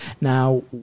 Now